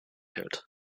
hält